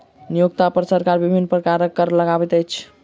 नियोक्ता पर सरकार विभिन्न प्रकारक कर लगबैत अछि